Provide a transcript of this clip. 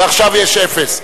ועכשיו יש אפס.